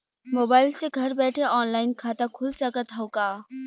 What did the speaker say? Mobile से घर बैठे ऑनलाइन खाता खुल सकत हव का?